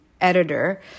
editor